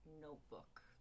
notebook